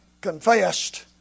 confessed